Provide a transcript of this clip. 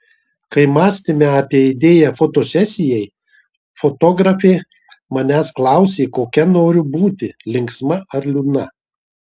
kai mąstėme apie idėją fotosesijai fotografė manęs klausė kokia noriu būti linksma ar liūdna